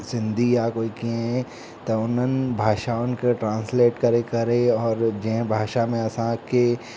सिंधी आहे कोई कीअं त उन्हनि भाषाउन खे ट्रांसलेट करे करे और जंहिं भाषा में असांखे